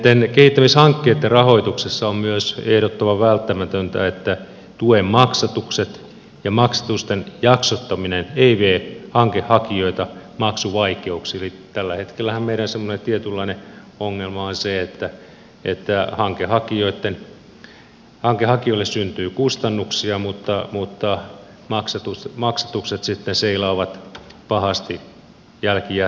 näitten kehittämishankkeitten rahoituksessa on myös ehdottoman välttämätöntä että tuen maksatukset ja maksatusten jaksottaminen eivät vie hankehakijoita maksuvaikeuksiin eli tällä hetkellähän meidän semmoinen tietynlainen ongelma on se että hankehakijoille syntyy kustannuksia mutta maksatukset sitten seilaavat pahasti jälkijättöisesti